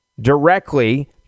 directly